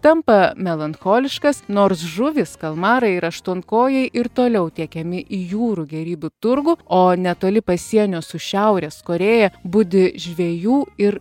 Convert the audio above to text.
tampa melancholiškas nors žuvys kalmarai ir aštuonkojai ir toliau tiekiami į jūrų gėrybių turgų o netoli pasienio su šiaurės korėja budi žvejų ir